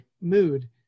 mood